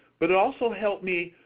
but it also helped me,